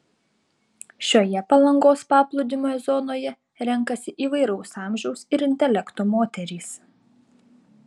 šioje palangos paplūdimio zonoje renkasi įvairaus amžiaus ir intelekto moterys